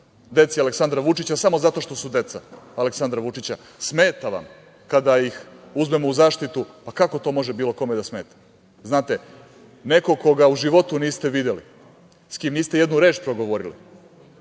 deci Aleksandra Vučića samo zato što su deca Aleksandra Vučića. Smeta vam kada ih uzmemo u zaštitu, pa kako to može bilo kome da smeta? Znate, neko koga u životu niste videli, sa kime niste ni reč progovorili,